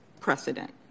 precedent